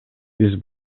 биз